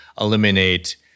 eliminate